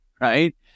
right